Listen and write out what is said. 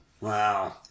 Wow